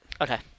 Okay